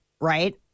right